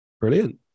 Brilliant